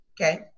Okay